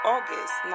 August